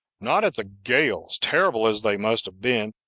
not at the gales, terrible as they must have been,